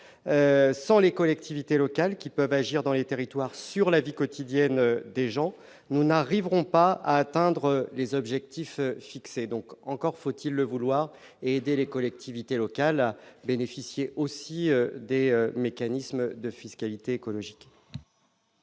sans les collectivités locales qui peuvent agir dans les territoires sur la vie quotidienne des gens, nous n'arriverons pas à atteindre les objectifs fixés, donc, encore faut-il le vouloir et aider les collectivités locales, bénéficier aussi des mécanismes de fiscalité écologique.